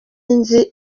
nzi